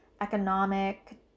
economic